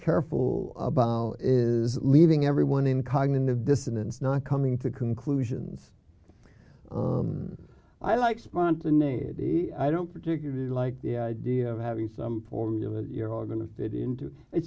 careful about is leaving everyone in cognitive dissonance not coming to conclusions i like spontaneity i don't particularly like the idea of having some formula that you're all going to fit into it